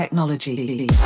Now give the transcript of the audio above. technology